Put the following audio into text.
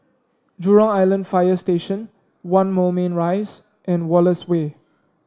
Jurong Island Fire Station One Moulmein Rise and Wallace Way